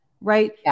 right